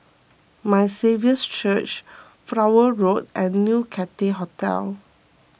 My Saviour's Church Flower Road and New Cathay Hotel